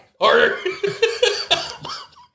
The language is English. Harder